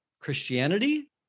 Christianity